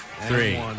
three